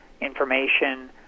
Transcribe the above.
information